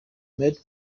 mighty